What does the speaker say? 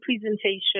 presentation